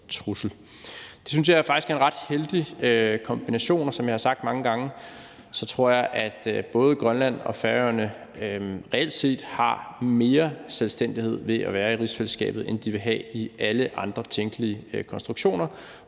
Det synes jeg faktisk er en ret heldig kombination. Som jeg har sagt mange gange, tror jeg, at både Grønland og Færøerne reelt set har mere selvstændighed ved at være i rigsfællesskabet, end de ville have i alle andre tænkelige konstruktioner,